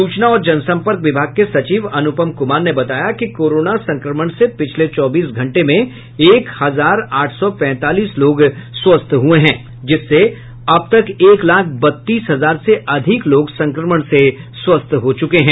सूचना और जन सम्पर्क विभाग के सचिव अनुपम कुमार ने बताया कि कोरोना संक्रमण से पिछले चौबीस घंटे में एक हजार आठ सौ पैंतालीस लोग स्वस्थ हुए हैं जिससे अब तक एक लाख बत्तीस हजार से अधिक लोग संक्रमण से स्वस्थ हो चुके हैं